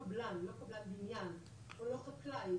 קבלן בניין או חקלאי,